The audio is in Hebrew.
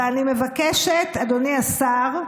ואני מבקשת, אדוני השר,